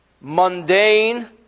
mundane